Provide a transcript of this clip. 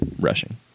rushing